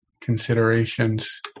considerations